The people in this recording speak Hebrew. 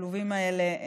בכלובים האלה,